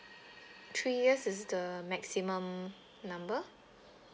three years is the maximum number